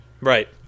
Right